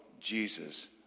Jesus